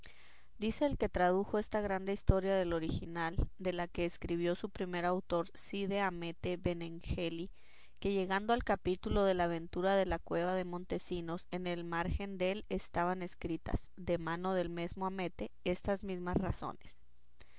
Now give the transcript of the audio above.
dice el que tradujo esta grande historia del original de la que escribió su primer autor cide hamete benengeli que llegando al capítulo de la aventura de la cueva de montesinos en el margen dél estaban escritas de mano del mesmo hamete estas mismas razones